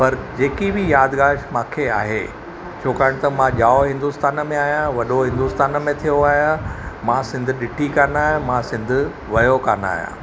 पर जेकी बि यादगारु मूंखे आहे छाकाणि त मां ॼावो हिंदुस्तान में आहियां वॾो हिंदुस्तान में थियो आहियां मां सिंधु ॾिठी कोन आहे मां सिंधु वियो कोन आहियां